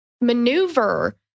maneuver